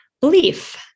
belief